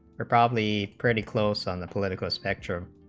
are probably pretty close on the political spectrum